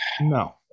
No